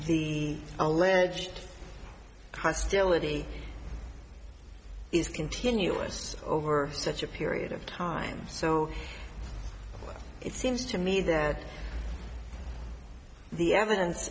the alleged hostility is continuous over such a period of time so it seems to me that the evidence